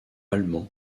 allemand